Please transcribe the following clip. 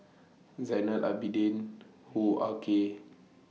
Zainal Abidin Hoo Ah Kay